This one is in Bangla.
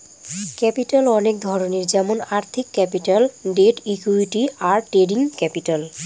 ক্যাপিটাল অনেক ধরনের যেমন আর্থিক ক্যাপিটাল, ডেট, ইকুইটি, আর ট্রেডিং ক্যাপিটাল